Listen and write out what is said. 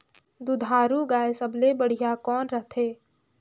दुधारू गाय सबले बढ़िया कौन रथे?